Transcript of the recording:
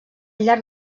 llarg